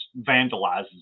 vandalizes